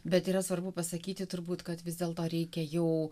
bet yra svarbu pasakyti turbūt kad vis dėlto reikia jau